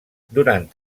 durant